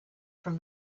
from